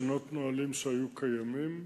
לשנות נהלים שהיו קיימים.